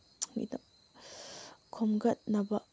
ꯈꯣꯝꯒꯠꯅꯕ